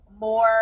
more